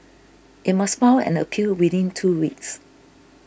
it must file an appeal within two weeks